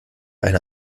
eine